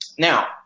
now